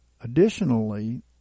Additionally